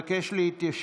אני מבקש להתיישב